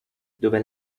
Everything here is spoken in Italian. dove